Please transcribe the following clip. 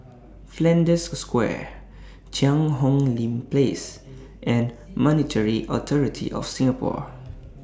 Flanders Square Cheang Hong Lim Place and Monetary Authority of Singapore